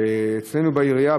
אצלנו בעירייה,